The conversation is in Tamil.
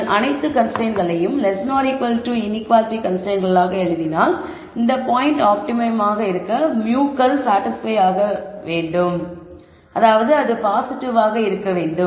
நீங்கள் அனைத்து கன்ஸ்ரைன்ட்ஸ்களையும் இன்ஈகுவாலிட்டி கன்ஸ்ரைன்ட்ஸ்களாக எழுதினால் இந்த பாயிண்ட் ஆப்டிமமாக இருக்க μ s பாஸிட்டிவாக இருக்க வேண்டும்